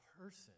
person